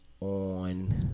on